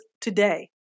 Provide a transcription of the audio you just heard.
today